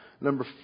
number